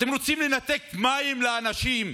אתם רוצים לנתק מים לאנשים.